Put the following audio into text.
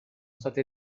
stati